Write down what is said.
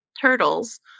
Turtles